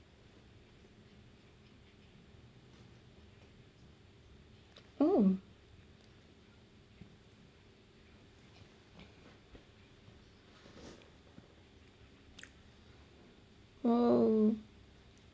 oh oh